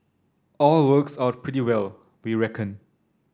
all works out pretty well we reckon